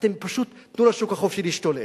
אתם פשוט, תנו לשוק החופשי להשתולל.